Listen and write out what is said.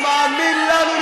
הוא מאמין לנו,